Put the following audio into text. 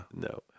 no